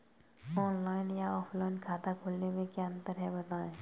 Online या offline खाता खोलने में क्या अंतर है बताएँ?